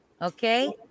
Okay